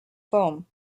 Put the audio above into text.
foam